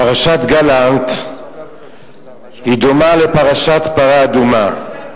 פרשת גלנט דומה לפרשת פרה אדומה.